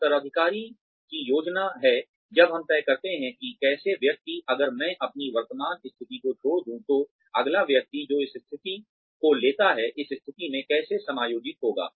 उत्तराधिकारी की योजना है जब हम तय करते हैं कि कैसे व्यक्ति अगर मैं अपनी वर्तमान स्थिति को छोड़ दूँ तो अगला व्यक्ति जो इस स्थिति को लेता है इस स्थिति में कैसे समायोजित होगा